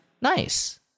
Nice